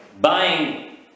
buying